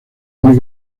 muy